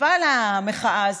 שותפה למחאה הזאת.